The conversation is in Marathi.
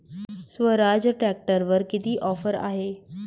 स्वराज ट्रॅक्टरवर किती ऑफर आहे?